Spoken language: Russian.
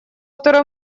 второй